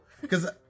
Because-